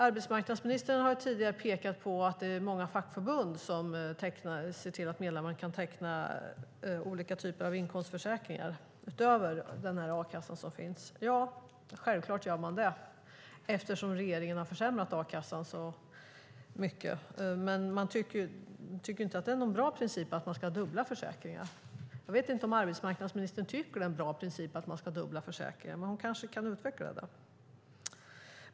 Arbetsmarknadsministern har tidigare pekat på att många fackförbund ser till att medlemmarna kan teckna olika typer av inkomstförsäkringar utöver den a-kassa som finns. Självklart gör de det eftersom regeringen har försämrat a-kassan så mycket, men de tycker inte att det är en bra princip att man ska ha dubbla försäkringar. Jag vet inte om arbetsmarknadsministern tycker att det är en bra princip att man ska ha dubbla försäkringar. Hon kanske kan utveckla det.